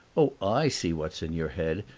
oh, i see what's in your head!